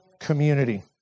community